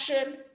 action